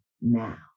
now